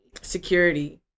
Security